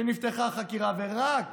שנפתחה חקירה ורק